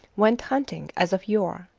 went hunting as of yore.